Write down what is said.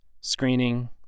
screening